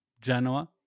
genoa